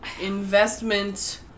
Investment